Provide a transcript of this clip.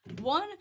One